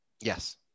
Yes